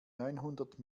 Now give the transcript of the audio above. neunhundert